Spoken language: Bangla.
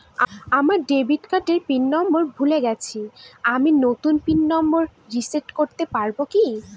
আমার ডেবিট কার্ডের পিন নম্বর ভুলে গেছি আমি নূতন পিন নম্বর রিসেট করতে পারবো কি?